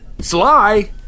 Sly